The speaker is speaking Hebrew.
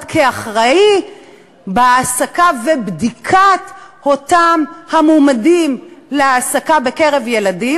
כאחראי בהעסקה ובבדיקת אותם מועמדים להעסקה בקרב ילדים,